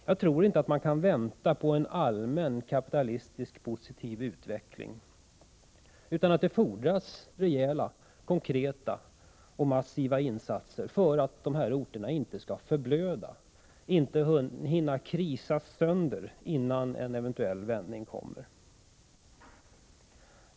Jag tror inte att man kan vänta på någon kapitalistisk, allmänt positiv utveckling, utan vad som erfordras är konkreta, massiva insatser för att de här orterna inte skall hinna krisas sönder och förblöda innan en eventuell vändning kommer.